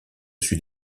suis